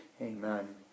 Amen